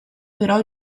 però